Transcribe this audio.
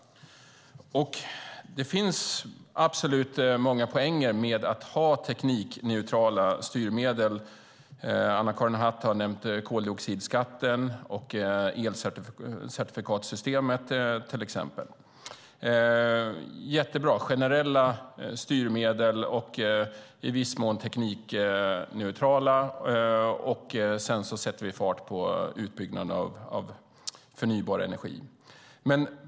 Det finns många poänger med att ha teknikneutrala styrmedel, absolut. Anna-Karin Hatt har bland annat nämnt koldioxidskatten och elcertifikatssystemet. Det är jättebra med generella styrmedel och i viss mån teknikneutrala sådana, och sedan sätter vi fart på utbyggnaden av förnybar energi.